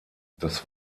das